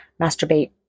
masturbate